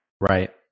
Right